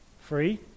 free